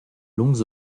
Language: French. longues